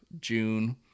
June